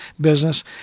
business